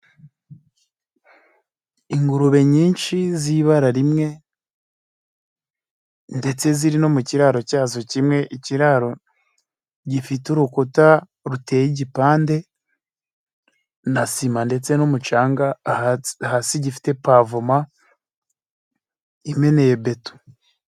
Ingurube nyinshi z'ibara rimwe, ndetse ziri no mu kiraro cyazo kimwe, ikiraro gifite urukuta ruteye igipande na sima ndetse n'umucanga, hasi gifite pavoma imeneye beto.